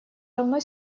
равно